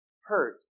hurt